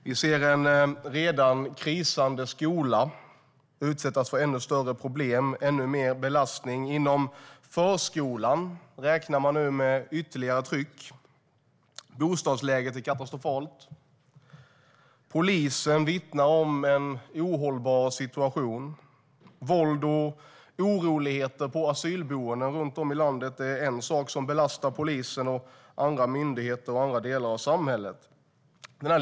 Vi ser en redan krisande skola utsättas för ännu större problem och ännu mer belastning. Inom förskolan räknar man nu med ytterligare tryck. Bostadsläget är katastrofalt. Polisen vittnar om en ohållbar situation. Våld och oroligheter på asylboenden runt om i landet är en sak som belastar polisen, andra myndigheter och andra delar av samhället.